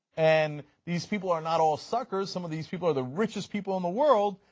and these people are not all suckers. some of these people are the richest people in the world,